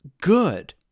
good